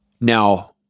Now